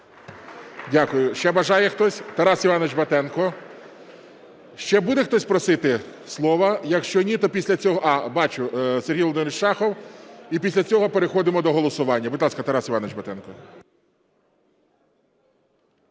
Дякую. Ще бажає хтось? Тарас Іванович Батенко. Ще буде хтось просити слова? Якщо ні, то після цього… А бачу, Сергій Володимирович Шахов. І після цього переходимо до голосування. Будь ласка, Тарас Іванович Батенко.